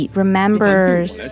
remembers